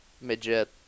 midget